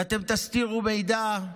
ואתם תסתירו מידע,